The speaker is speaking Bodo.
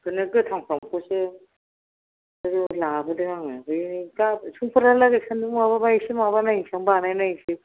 बेखौनो गोथांफ्रामखौसो लाबोदों आङो बे गाबोन संफोरहालागै सानदुं दुंबा एसे माबानायसां बानाय नायसै